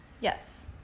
yes